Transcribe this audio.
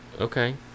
okay